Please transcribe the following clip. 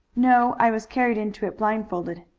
no i was carried into it blindfolded.